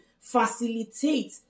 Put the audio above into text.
facilitate